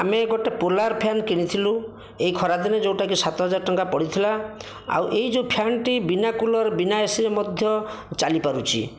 ଆମେ ଗୋଟେ Polar fan କିଣିଥିଲୁ ଏଇ ଖରାଦିନେ ଯେଉଁଟାକି ସାତହଜାର ଟଙ୍କା ପଡ଼ିଥିଲା ଆଉ ଏହି ଯେଉଁ ଫ୍ୟାନ୍ଟି ବିନା କୁଲର୍ ବିନା ଏସିରେ ମଧ୍ୟ ଚାଲିପାରୁଛି